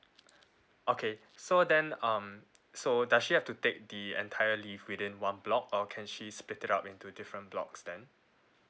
okay so then um so does she have to take the entire leave within one block or can she split it up into different blocks then